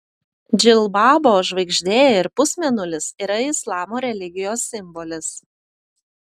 džilbabo žvaigždė ir pusmėnulis yra islamo religijos simbolis